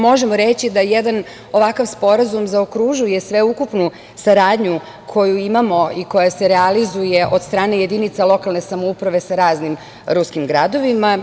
Možemo reći da jedan ovakav sporazum zaokružuje sveukupnu saradnju koju imamo i koja se realizuje od strane jedinica lokalne samouprave sa raznim ruskim gradovima.